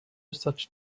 such